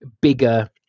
bigger